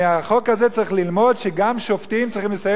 מחוק כזה צריך ללמוד שגם שופטים צריכים לסיים